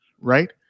right